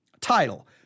title